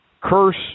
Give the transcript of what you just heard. curse